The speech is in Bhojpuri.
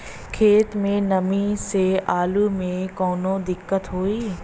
खेत मे नमी स आलू मे कऊनो दिक्कत होई?